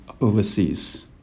overseas